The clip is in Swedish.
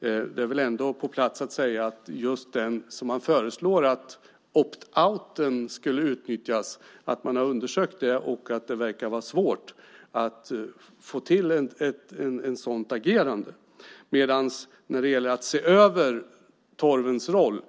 Det är väl ändå på sin plats att säga att just det som reservanterna föreslår, nämligen att den så kallade opt out lösningen skulle utnyttjas, har undersökts, och det verkar vara svårt att få till ett sådant agerande. Men det pågår ett arbete med att se över torvens roll.